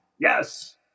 Yes